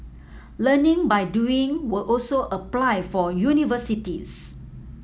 learning by doing will also apply for universities